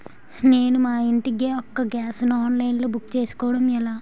నేను మా ఇంటి యెక్క గ్యాస్ ను ఆన్లైన్ లో బుక్ చేసుకోవడం ఎలా?